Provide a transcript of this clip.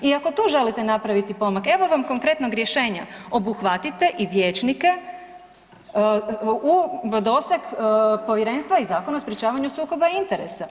I ako tu želite napraviti pomak, evo vam konkretnog rješenja, obuhvatite i vijećnike u doseg povjerenstva i Zakon o sprječavanju sukoba interesa.